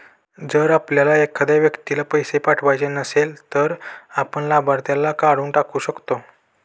जर आपल्याला एखाद्या व्यक्तीला पैसे पाठवायचे नसेल, तर आपण लाभार्थीला काढून टाकू शकतो